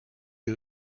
die